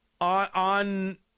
on